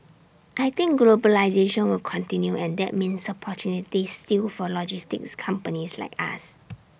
I think globalisation will continue and that means opportunities still for logistics companies like us